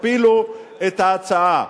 שתפילו את ההצעה.